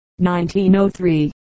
1903